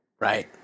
Right